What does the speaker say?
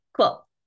cool